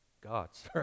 God's